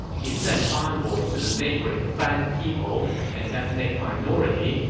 he sent envoys to the neighboring fan people, an ethnic minority,